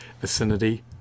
vicinity